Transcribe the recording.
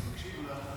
אני מקשיב לך.